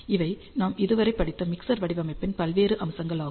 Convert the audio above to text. இவை நாம் இதுவரை படித்த மிக்சர் வடிவமைப்பின் பல்வேறு அம்சங்கள் ஆகும்